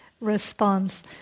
response